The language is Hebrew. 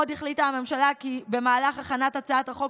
עוד החליטה הממשלה כי במהלך הכנת הצעת החוק